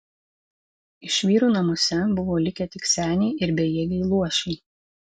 iš vyrų namuose buvo likę tik seniai ir bejėgiai luošiai